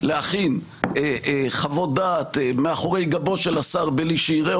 להכין חוות-דעת מאחורי גבו של השר בלי שיראה